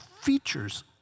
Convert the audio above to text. features